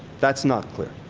that's not clear.